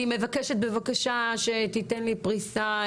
אני מבקשת בבקשה שתיתן לי פריסה,